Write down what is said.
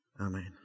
Amen